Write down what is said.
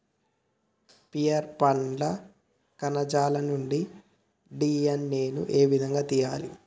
Pear పండ్ల కణజాలం నుండి డి.ఎన్.ఎ ను ఏ విధంగా తియ్యాలి?